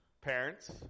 parents